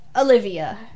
Olivia